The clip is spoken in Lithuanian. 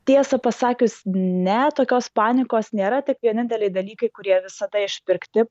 tiesa pasakius ne tokios panikos nėra tik vieninteliai dalykai kurie visada išpirkti